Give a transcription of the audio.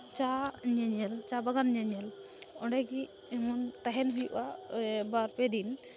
ᱪᱟ ᱧᱮᱧᱮᱞ ᱪᱟ ᱵᱟᱜᱟᱱ ᱧᱮᱧᱮᱞ ᱚᱸᱰᱮ ᱜᱮ ᱮᱢᱚᱱ ᱛᱟᱦᱮᱱ ᱦᱩᱭᱩᱜᱼᱟ ᱵᱟᱨᱯᱮ ᱫᱤᱱ